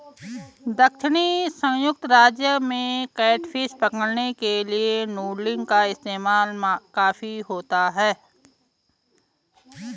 दक्षिणी संयुक्त राज्य में कैटफिश पकड़ने के लिए नूडलिंग का इस्तेमाल काफी होता है